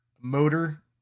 motor